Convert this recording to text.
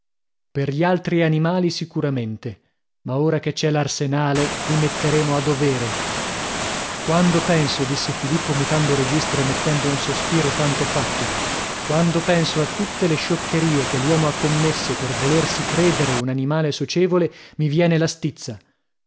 per gli altri animali sicuramente ma ora che c'è l'arsenale li metteremo a dovere quando penso disse filippo mutando registro e mettendo un sospiro tanto fatto quando penso a tutte le scioccherie che l'uomo ha commesse per volersi credere un animale socievole mi viene la stizza